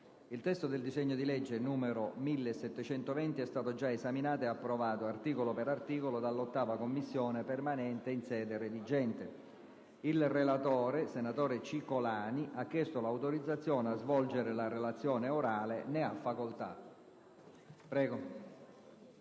Il testo del disegno di legge n. 1720 è stato già esaminato e approvato, articolo per articolo, dalla 8a Commissione permanente in sede redigente. Il relatore, senatore Cicolani, ha chiesto l'autorizzazione a svolgere la relazione orale. Non facendosi